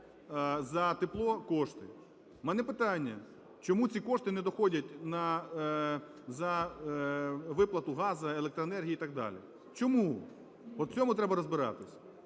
за тепло кошти. У мене питання: чому ці кошти не доходять на виплату газу, електроенергії і так далі? Чому? От в цьому треба розбиратись.